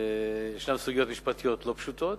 יש סוגיות משפטיות לא פשוטות,